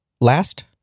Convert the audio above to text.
Last